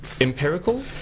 empirical